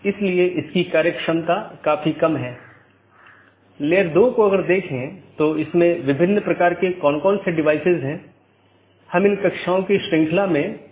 इसलिए अगर हम फिर से इस आंकड़े पर वापस आते हैं तो यह दो BGP स्पीकर या दो राउटर हैं जो इस विशेष ऑटॉनमस सिस्टमों के भीतर राउटरों की संख्या हो सकती है